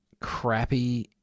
crappy